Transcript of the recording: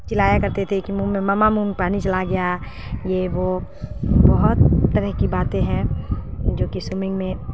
چلایا کرتے تھے کہ منہ میں مما منہ میں پانی چلا گیا یہ وہ بہت طرح کی باتیں ہیں جو کہ سوئمنگ میں